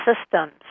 systems